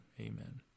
amen